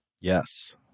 Yes